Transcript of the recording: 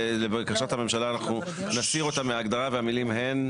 ולבקשת הממשלה אנחנו נסיר אותם מההגדרה והמילים הן: